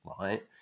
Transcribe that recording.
right